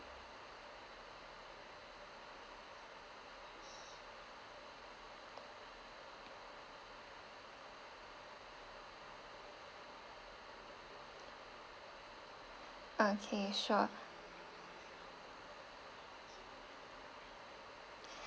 okay sure